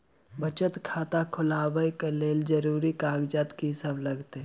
बचत खाता खोलाबै कऽ लेल जरूरी कागजात की सब लगतइ?